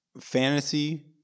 fantasy